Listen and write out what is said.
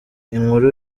inkuru